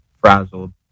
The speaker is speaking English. frazzled